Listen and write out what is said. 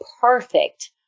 perfect